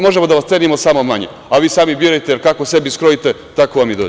Možemo da vas cenimo samo manje, a vi sami birajte, jer kako sebi skrojite, tako vam i dođe.